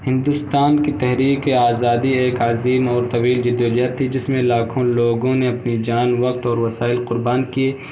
ہندوستان کی تحریک آزادی ایک عظیم اور طویل جد وجہد تھی جس میں لاکھوں لوگوں نے اپنی جان وقت اور وسائل قربان کی